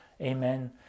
Amen